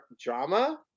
drama